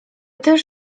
też